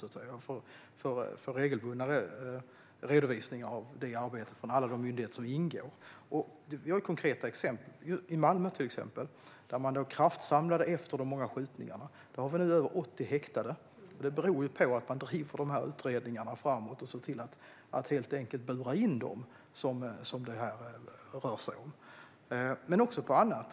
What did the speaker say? Det sker regelbundna redovisningar om detta arbete från alla myndigheter som ingår. Jag ska ta ett konkret exempel. I Malmö kraftsamlade man efter de många skjutningarna. Där är nu över 80 häktade. Det beror på att man driver dessa utredningar framåt och helt enkelt ser till att bura in de personer som det handlar om. Det görs också annat.